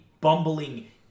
bumbling